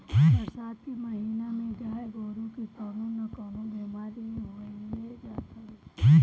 बरसात के महिना में गाई गोरु के कवनो ना कवनो बेमारी होइए जात हवे